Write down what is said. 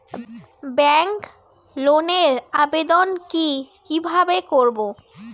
Bank লোনের আবেদন কি কিভাবে করব?